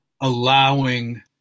allowing